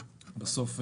בסוף,